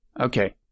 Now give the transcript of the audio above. okay